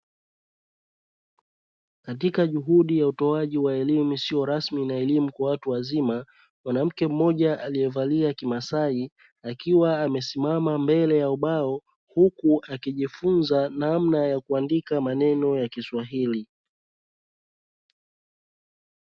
Katika juhudi ya utoaji wa elimu isiyo rasmi na elimu kwa watu wazima. Mwanamke mmoja aliyevalia kimasai akiwa amesimama mbele ya ubao huku akijifunza namna ya kuandika maneno ya kiswahili.